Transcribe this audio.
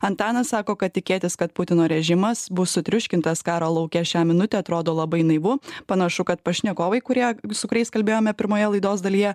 antanas sako kad tikėtis kad putino režimas bus sutriuškintas karo lauke šią minutę atrodo labai naivu panašu kad pašnekovai kurie su kuriais kalbėjome pirmoje laidos dalyje